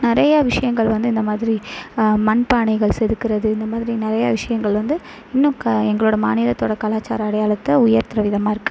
நிறையா விஷயங்கள் வந்து இந்த மாதிரி மண்பானைகள் செதுக்கறது இந்த மாதிரி நிறையா விஷயங்கள் வந்து இன்னும் க எங்களோட மாநிலத்தோட கலாச்சார அடையாளத்தை உயர்த்துற விதமாக இருக்கு